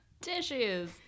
tissues